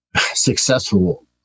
successful